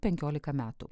penkiolika metų